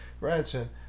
Ransom